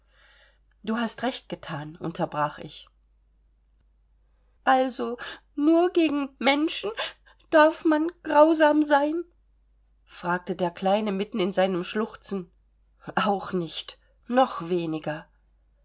du hast recht gethan unterbrach ich also nur gegen menschen darf man grausam sein fragte der kleine mitten in seinem schluchzen auch nicht noch weniger